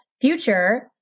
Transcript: future